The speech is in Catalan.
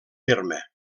terme